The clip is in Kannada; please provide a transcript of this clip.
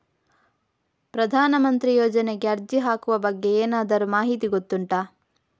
ಪ್ರಧಾನ ಮಂತ್ರಿ ಯೋಜನೆಗೆ ಅರ್ಜಿ ಹಾಕುವ ಬಗ್ಗೆ ಏನಾದರೂ ಮಾಹಿತಿ ಗೊತ್ತುಂಟ?